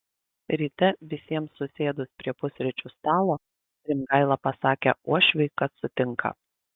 ryte visiems susėdus prie pusryčių stalo rimgaila pasakė uošviui kad sutinka